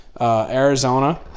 Arizona